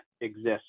exists